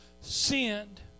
sinned